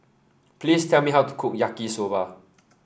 please tell me how to cook Yaki Soba